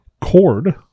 cord